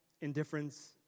indifference